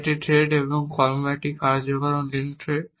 একটি থ্রেড এবং কর্ম একটি কার্যকারণ লিঙ্ক থ্রেড